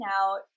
out